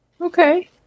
Okay